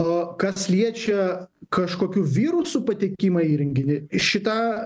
o kas liečia kažkokių virusų patekimą į įrenginį šita